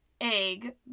egg